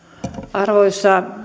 arvoisa